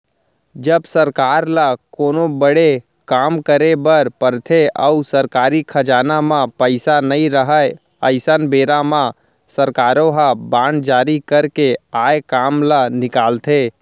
जब सरकार ल कोनो बड़े काम करे बर परथे अउ सरकारी खजाना म पइसा नइ रहय अइसन बेरा म सरकारो ह बांड जारी करके आए काम ल निकालथे